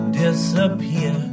disappear